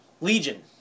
Legion